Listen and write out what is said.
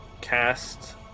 cast